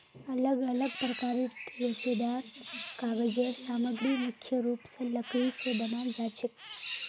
अलग अलग प्रकारेर रेशेदार कागज़ेर सामग्री मुख्य रूप स लकड़ी स बनाल जाछेक